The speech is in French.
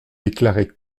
déclarée